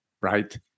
right